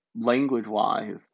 Language-wise